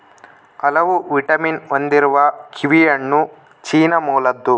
ಹಲವು ವಿಟಮಿನ್ ಹೊಂದಿರುವ ಕಿವಿಹಣ್ಣು ಚೀನಾ ಮೂಲದ್ದು